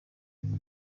qatar